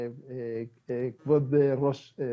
ושאלתי